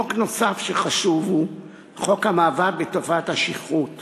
חוק חשוב נוסף הוא חוק המאבק בתופעת השכרות